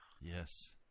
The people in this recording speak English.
Yes